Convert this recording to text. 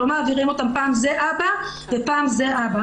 לא מעבירים אותם ופעם זה אבא ופעם זה אבא.